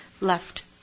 left